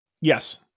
Yes